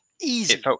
Easy